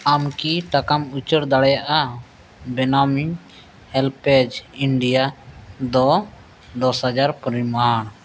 ᱟᱢ ᱠᱤ ᱴᱟᱠᱟᱢ ᱩᱪᱟᱹᱲ ᱫᱟᱲᱮᱭᱟᱜᱼᱟ ᱵᱮᱱᱟᱢᱤᱱ ᱦᱮᱞᱯᱷᱮᱹᱡᱽ ᱤᱱᱰᱤᱭᱟ ᱫᱚ ᱫᱚᱥ ᱦᱟᱡᱟᱨ ᱯᱚᱨᱤᱢᱟᱱ